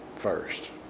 first